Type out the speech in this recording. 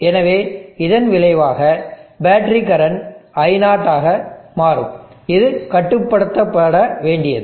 எனவே இதன் விளைவாக பேட்டரி கரண்ட் i0 ஆக மாறும் இது கட்டுப்படுத்தப்பட வேண்டியது